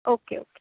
okay okay